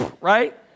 Right